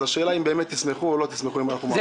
השאלה היא האם באמת תשמחו או לא תשמחו אם אנחנו מעבירים.